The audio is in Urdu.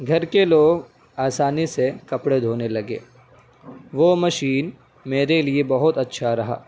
گھر کے لوگ آسانی سے کپڑے دھونے لگے وہ مشین میرے لیے بہت اچھا رہا